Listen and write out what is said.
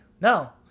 No